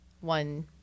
one